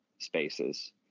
spaces